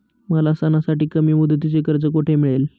मला सणासाठी कमी मुदतीचे कर्ज कोठे मिळेल?